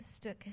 Stuck